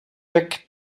jack